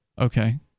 Okay